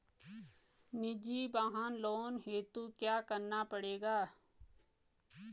निजी वाहन लोन हेतु क्या करना पड़ेगा?